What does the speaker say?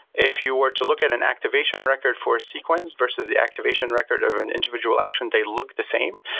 if you were to look at an activation record for a sequence versus the activation record of an individual action, they look the same.